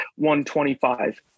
125